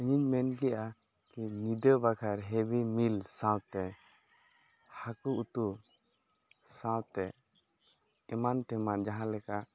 ᱤᱧᱤᱧ ᱢᱮᱱᱠᱮᱫᱼᱟ ᱠᱤ ᱧᱤᱫᱟᱹ ᱵᱟᱠᱷᱟᱨ ᱦᱮᱵᱷᱤ ᱢᱤᱞ ᱥᱟᱶᱛᱮ ᱦᱟᱹᱠᱩ ᱩᱛᱩ ᱥᱟᱶᱛᱮ ᱮᱢᱟᱱ ᱛᱮᱢᱟᱱ ᱡᱟᱦᱟᱸᱞᱮᱠᱟ